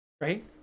Right